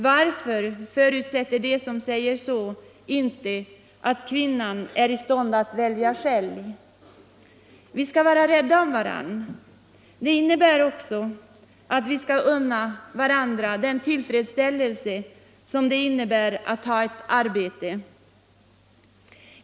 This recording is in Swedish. Varför förutsätter de som säger så inte att kvinnan är i stånd att välja själv? Vi skall vara rädda om varandra. Det innebär också att vi skall unna varandra den tillfredsställelse det innebär att ha ett arbete.